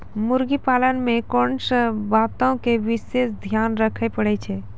मुर्गी पालन मे कोंन बातो के विशेष ध्यान रखे पड़ै छै?